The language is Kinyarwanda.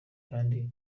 kandi